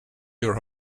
your